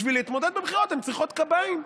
בשביל להתמודד בבחירות הן צריכות קביים,